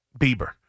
Bieber